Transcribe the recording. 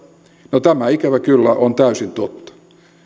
no tämä ikävä kyllä on täysin totta